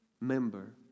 Member